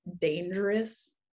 dangerous